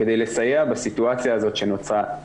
כדי לסייע בסיטואציה הזאת שנוצרה.